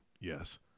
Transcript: yes